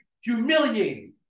humiliated